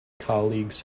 colleagues